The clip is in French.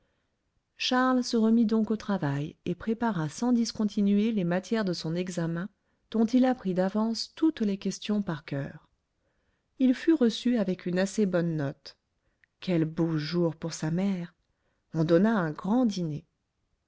charles se remit donc au travail et prépara sans discontinuer les matières de son examen dont il apprit d'avance toutes les questions par coeur il fut reçu avec une assez bonne note quel beau jour pour sa mère on donna un grand dîner